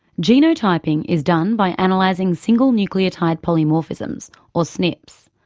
genotyping is done by analysing single nucleotide polymorphisms or snps.